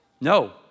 No